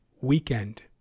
weekend